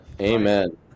Amen